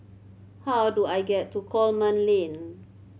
how do I get to Coleman Lane